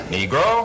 Negro